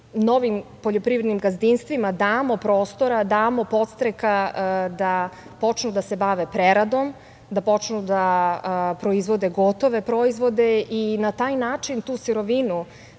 novim poljoprivrednim gazdinstvima damo prostora, damo podstreka da počnu da se bave preradom, da počnu da proizvode gotove proizvode i na taj način tu sirovinu